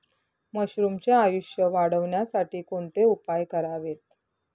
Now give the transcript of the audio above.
मशरुमचे आयुष्य वाढवण्यासाठी कोणते उपाय करावेत?